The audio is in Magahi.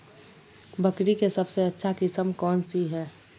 बकरी के सबसे अच्छा किस्म कौन सी है?